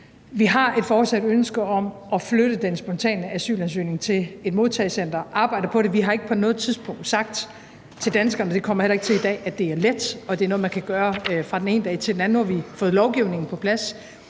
Vi har et fortsat ønske om at flytte den spontane asylansøgning til et modtagecenter og arbejder på det. Vi har ikke på noget tidspunkt sagt til danskerne, og det kommer jeg heller ikke til i dag, at det er let, og at det er noget, man kan gøre fra den ene dag til den anden. Nu har vi fået lovgivningen på plads